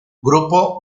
grupo